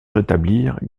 rétablir